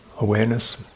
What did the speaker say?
awareness